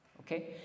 okay